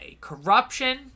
Corruption